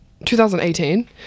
2018